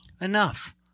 enough